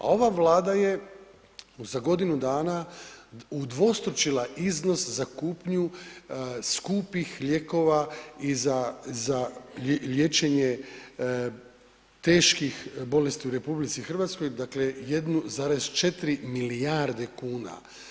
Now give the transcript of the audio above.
A ova Vlada je za godinu dana udvostručila iznos za kupnju skupih lijekova i za liječenje teških bolesti u RH 1,4 milijarde kuna.